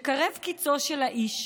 שקרב קיצו של האיש,